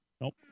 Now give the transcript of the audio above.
Nope